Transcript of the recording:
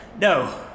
No